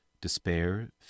despair